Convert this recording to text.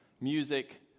music